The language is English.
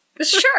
sure